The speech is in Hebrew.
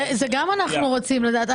את זה גם אנחנו רוצים לדעת.